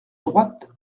droite